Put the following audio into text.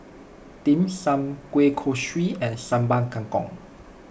Dim Sum Kueh Kosui and Sambal Kangkong